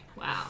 Wow